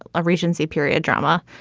a regency period drama,